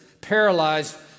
paralyzed